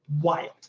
wild